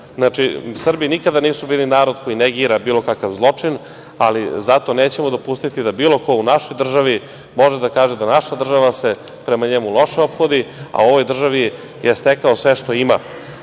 znači, Srbi nikada nisu bili narod koji negira bilo kakav zločin, ali zato nećemo dopustiti da bilo ko u našoj državi može da kaže da se naša država prema njemu loše ophodi, a u ovoj državi je stekao sve što ima.I